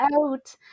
out